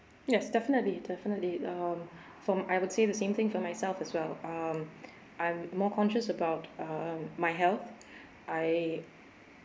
yes definitely definitely um from I would say the same thing for myself as well um I'm more conscious about um my health I